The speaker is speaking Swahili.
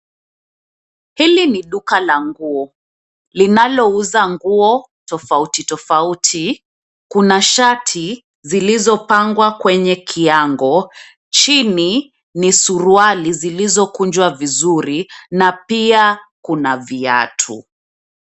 Hili ni duka la nguo linalouza nguo tofauti tofauti. Kuna shati zilizopangwa kwenye kiango, chini ni suruali zilizokunjwa vizuri na pia kuna viatu.